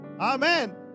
amen